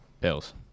bills